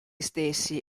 stessi